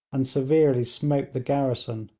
and severely smote the garrison.